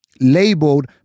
labeled